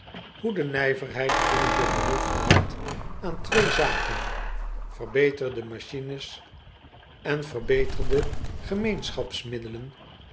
hoe de nijverheid dringende behoefte had aan twee zaken verbeterde machines en verbeterde